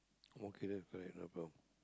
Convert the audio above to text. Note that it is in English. okay then fair enough ah